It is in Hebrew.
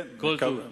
כל טוב וחג שמח.